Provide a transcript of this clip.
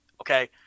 Okay